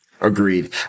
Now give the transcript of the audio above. Agreed